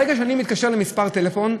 ברגע שאני מתקשר למספר טלפון,